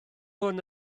hyn